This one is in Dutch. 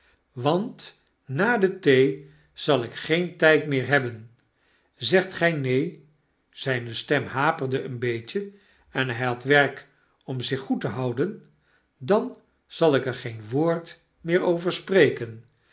want nade thee zal ik geen tyd meer hebben zegt gij neen zgne stem haperde een beetje en hy had werk om zich goed te houden dan zal ik er geen woord meer over spreken